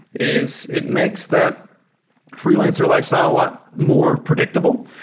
is it makes that freelancer lifestyle a lot more predictable.